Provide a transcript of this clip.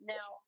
Now